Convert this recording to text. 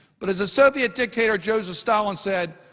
but as the soviet dictator, joseph stalin, said,